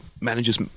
manager's